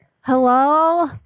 Hello